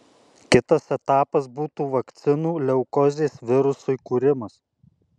kitas etapas būtų vakcinų leukozės virusui kūrimas